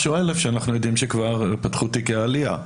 שאנחנו יודעים שכבר פתחו תיקי עלייה.